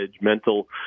mental